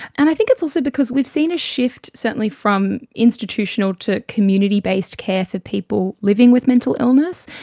and i think it's also because we've seen a shift certainly from institutional to community-based care for people living with mental illness,